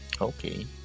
Okay